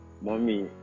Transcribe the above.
mommy